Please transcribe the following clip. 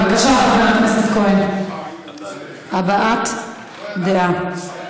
בבקשה, חבר הכנסת כהן, הבעת דעה.